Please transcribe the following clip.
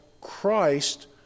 Christ